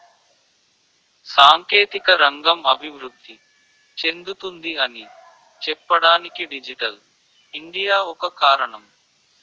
సాంకేతిక రంగం అభివృద్ధి చెందుతుంది అని చెప్పడానికి డిజిటల్ ఇండియా ఒక కారణం